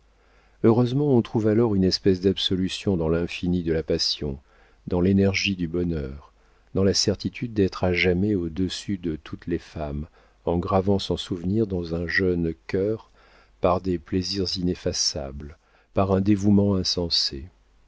heureusement on trouve alors une espèce d'absolution dans l'infini de la passion dans l'énergie du bonheur dans la certitude d'être à jamais au-dessus de toutes les femmes en gravant son souvenir dans un jeune cœur par des plaisirs ineffaçables par un dévouement insensé